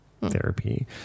therapy